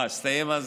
אה, הסתיים הזמן.